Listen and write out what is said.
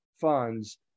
funds